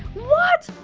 what?